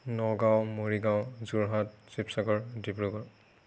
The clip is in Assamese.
নগাঁও মৰিগাঁও যোৰহাট শিৱসাগৰ ডিব্ৰুগড়